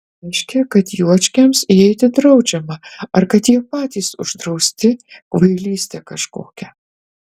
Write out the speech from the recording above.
reiškia kad juočkiams įeiti draudžiama ar kad jie patys uždrausti kvailystė kažkokia